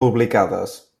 publicades